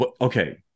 Okay